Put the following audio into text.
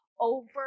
over